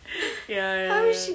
ya ya ya